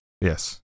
Yes